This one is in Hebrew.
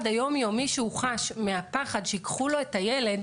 היום-יומי שהוא חש מהפחד שייקחו לו את הילד,